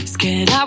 Scared